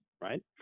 right